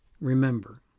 remember